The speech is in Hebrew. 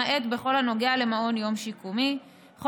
למעט בכל הנוגע למעון יום שיקומי, ד.